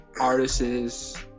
artists